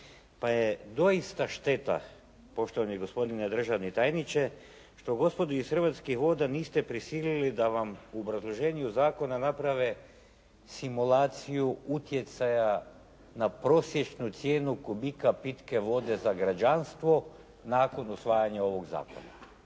pa je doista šteta poštovani gospodine državni tajniče što gospodu iz Hrvatskih voda niste prisilili da vam u obrazloženju zakona naprave simulaciju utjecaja na prosječnu cijenu kubika pitke vode za građanstvo nakon usvajanja ovog zakona.